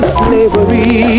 slavery